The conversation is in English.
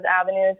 avenues